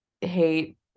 hate